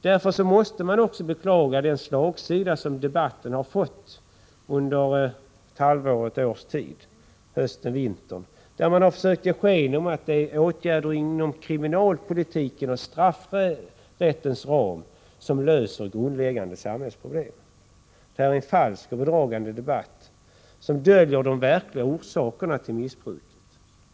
Därför måste man också beklaga den slagsida som debatten har fått under hösten och vintern, då man försökt ge sken av att det är åtgärder inom kriminalpolitikens och straffrättens ram som löser grundläggande samhällsproblem. Detta är en falsk och bedragande debatt, som döljer de verkliga orsakerna till missbruket.